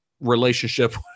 relationship